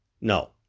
No